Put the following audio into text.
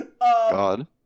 God